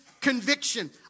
conviction